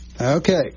Okay